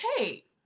okay